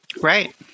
Right